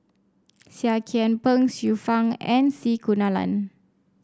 Seah Kian Peng Xiu Fang and C Kunalan